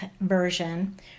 version